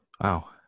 Wow